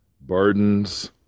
burdens